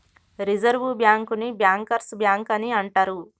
reserve బ్యాంకుని bankers bank అని అంటరు